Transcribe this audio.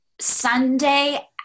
Sunday